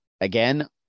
Again